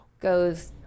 Goes